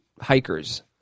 hikers